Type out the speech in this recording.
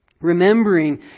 remembering